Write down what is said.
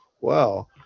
wow